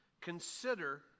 consider